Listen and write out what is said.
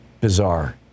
Bizarre